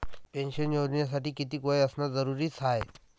Pension योजनेसाठी कितीक वय असनं जरुरीच हाय?